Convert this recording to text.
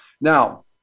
Now